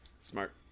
smart